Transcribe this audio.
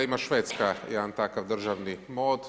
Imam Švedska jedan takav državni mod.